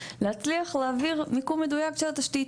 להצליח להעביר מיקום מדויק של התשתית.